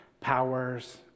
powers